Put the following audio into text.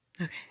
Okay